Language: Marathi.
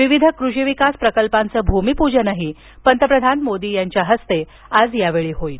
विविध कृषी विकास प्रकल्पाचं भूमिपूजनही पंतप्रधान मोदींच्या हस्ते यावेळी होईल